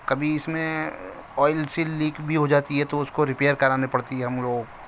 کبھی اس میں آئل سیل لیک بھی ہو جاتی ہے تو اس کو ریپئر کرانی پڑتی ہے ہم لوگوں کو